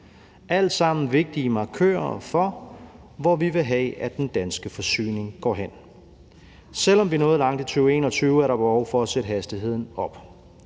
Alt sammen er det vigtige markører for, hvor vi vil have at den danske forsyning går hen. Selv om vi er nået langt i 2021, er der behov for at sætte hastigheden op.